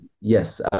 yes